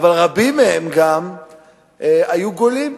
אבל רבים מהם גם היו גולים.